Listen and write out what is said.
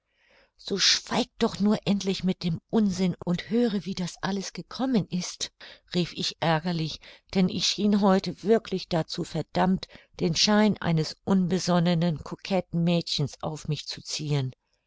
so schweig doch nur endlich mit dem unsinn und höre wie das alles gekommen ist rief ich ärgerlich denn ich schien heute wirklich dazu verdammt den schein eines unbesonnenen koketten mädchens auf mich zu ziehen